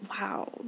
wow